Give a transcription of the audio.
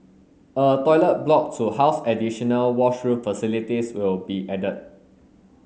a toilet block to house additional washroom facilities will be added